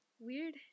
Weird